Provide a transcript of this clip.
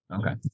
Okay